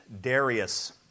Darius